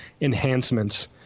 enhancements